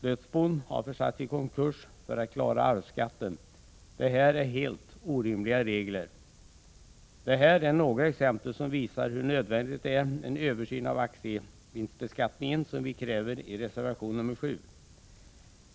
Dödsbon har försatts i konkurs för att klara arvsskatten. Detta är helt orimliga regler. Det här är några exempel som visar hur nödvändigt det är med en översyn av aktievinstbeskattningen, som vi kräver i reservation nr 7.